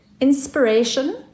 inspiration